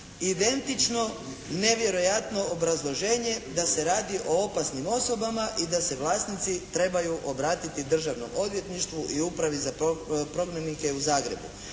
identično nevjerojatno obrazloženje da se radi o opasnim osobama i da se vlasnici trebaju obratiti državnom odvjetništvu i Upravi za prognanike u Zagrebu.